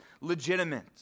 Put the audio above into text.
legitimate